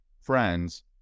friends